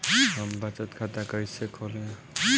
हम बचत खाता कईसे खोली?